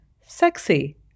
sexy